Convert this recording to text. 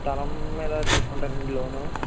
స్థలం మీద తీసుకుంటారా అండి లోన్